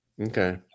Okay